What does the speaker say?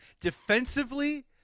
Defensively